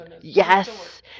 Yes